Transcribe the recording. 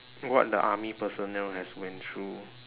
what the army personnel has went through